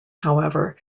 however